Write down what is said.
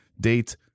date